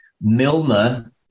Milner